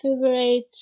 favorite